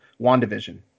WandaVision